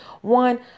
One